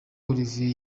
olivier